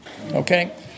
Okay